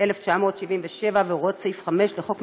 אירעו לא מעט מקרים שבהם לא נתאפשרה חשיפתם של נפגעי